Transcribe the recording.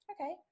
okay